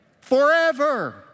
Forever